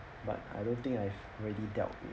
but I don't think I've already dealt with